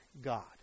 God